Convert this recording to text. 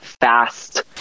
fast